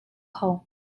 kho